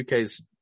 UK's